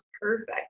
perfect